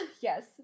Yes